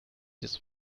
this